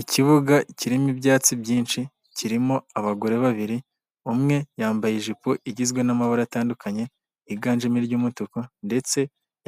Ikibuga kirimo ibyatsi byinshi, kirimo abagore babiri, umwe yambaye ijipo igizwe n'amabara atandukanye, higanjemo iry'umutuku ndetse